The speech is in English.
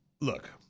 look